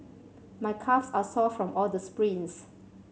my calves are sore from all the sprints